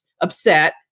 upset